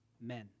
men